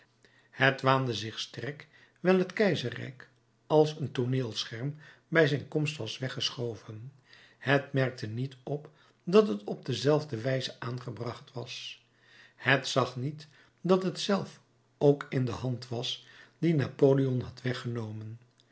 het waande zich sterk wijl het keizerrijk als een tooneelscherm bij zijn komst was weggeschoven het merkte niet op dat het op dezelfde wijze aangebracht was het zag niet dat het zelf ook in de hand was die napoleon had weggenomen